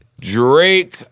Drake